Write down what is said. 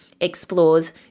Explores